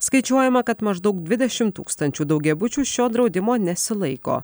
skaičiuojama kad maždaug dvidešim tūkstančių daugiabučių šio draudimo nesilaiko